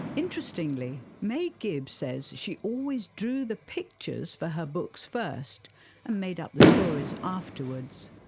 interestingly, may gibbs says she always drew the pictures for her books first and made up the stories afterwards.